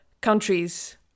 countries